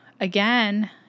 again